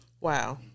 Wow